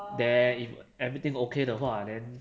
then if everything okay 的话 then